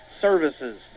services